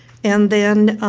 and then,